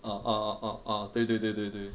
orh orh orh orh 对对对对对